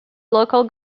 local